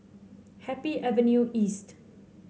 Happy Avenue East